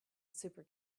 super